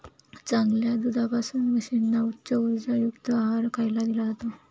चांगल्या दुधासाठी म्हशींना उच्च उर्जायुक्त आहार खायला दिला जातो